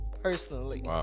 personally